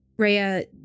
Raya